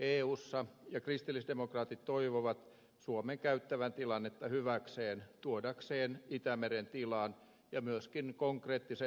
eussa ja kristillisdemokraatit toivovat suomen käyttävän tilannetta hyväkseen tuodakseen itämeren tilan ja myöskin konkreettiset resurssitarpeet esille